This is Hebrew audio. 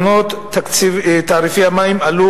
כאשר בבתי-הספר היהודיים זה 350